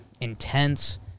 intense